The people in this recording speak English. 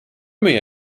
may